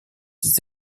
des